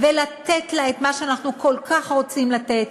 ולתת לה את מה שאנחנו כל כך רוצים לתת,